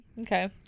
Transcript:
Okay